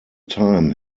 time